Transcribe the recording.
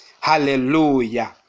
Hallelujah